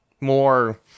more